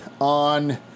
on